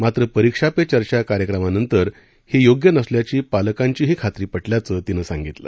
मात्र परीक्षा पे चर्चा कार्यक्रमानंतर हे योग्य नसल्याची पालकांचीही खात्री पटल्याचं तिने सांगितलं